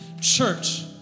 church